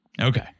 Okay